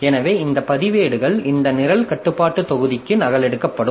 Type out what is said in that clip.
எனவே இந்த பதிவேடுகள் இந்த நிரல் கட்டுப்பாட்டு தொகுதிக்கு நகலெடுக்கப்படும்